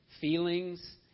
feelings